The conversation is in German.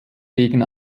gegen